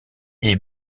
est